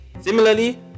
Similarly